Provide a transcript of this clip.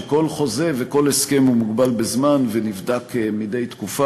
כל חוזה וכל הסכם הוא מוגבל בזמן ונבדק מדי תקופה,